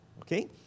okay